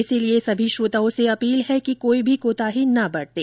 इसलिए सभी श्रोताओं से अपील है कि कोई भी कोताही न बरतें